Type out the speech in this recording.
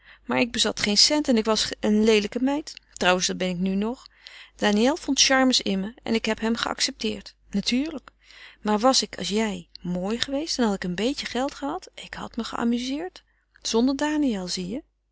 maar ik bezat geen cent en ik was een leelijke meid trouwens dat ben ik nog daniël vond charmes in me en ik heb hem geaccepteerd natuurlijk maar was ik als jij mooi geweest en had ik een beetje geld gehad ik had me geamuzeerd zonder daniël zie je